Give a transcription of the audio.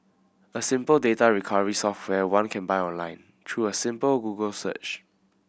a simple data recovery software one can buy online through a simple Google search